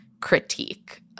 critique